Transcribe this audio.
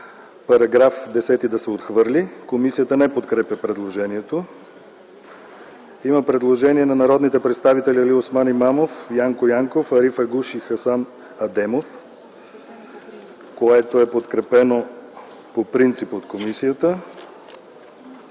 –§ 10 да се отхвърли. Комисията не подкрепя предложението. Има предложение на народните представители Алиосман Имамов, Янко Янков, Ариф Агуш и Хасан Адемов, което е подкрепено по принцип от комисията.